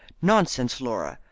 nonsense, laura!